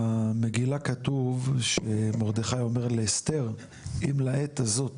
במגילה כתוב שמרדכי אומר לאסתר "אם לעת הזאת